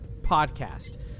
podcast